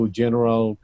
general